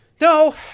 No